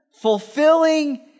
fulfilling